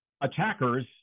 attackers